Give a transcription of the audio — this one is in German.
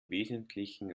wesentlichen